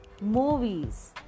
movies